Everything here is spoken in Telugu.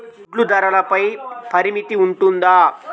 గుడ్లు ధరల పై పరిమితి ఉంటుందా?